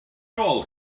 rôl